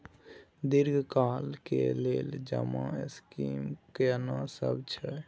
दीर्घ काल के लेल जमा स्कीम केना सब छै?